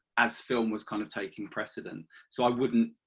as film was kind of taking precedent so i wouldn't,